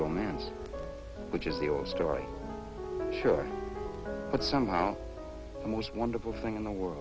romance which is the old story sure but somehow the most wonderful thing in the world